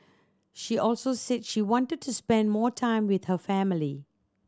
she also said she wanted to spend more time with her family